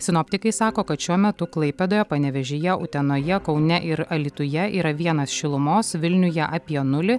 sinoptikai sako kad šiuo metu klaipėdoje panevėžyje utenoje kaune ir alytuje yra vienas šilumos vilniuje apie nulį